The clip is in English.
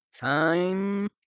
time